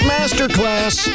Masterclass